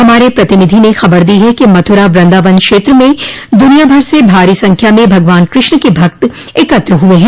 हमारे प्रतिनिधि ने खबर दी है कि मथुरा वृदावन क्षेत्र में दुनियाभर से भारी संख्या में भगवान कृष्ण के भक्त एकत्र हुए हैं